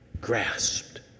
grasped